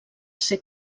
ser